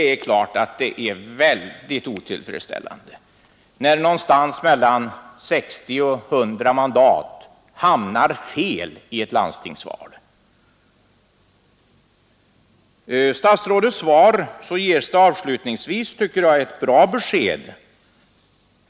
Det är klart att det är väldigt otillfredsställande när mellan 60 och 100 mandat hamnar fel i ett landstingsval. I statsrådets svar ges avslutningsvis ett bra besked, tycker jag.